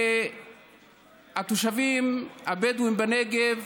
לתושבים הבדואים בנגב,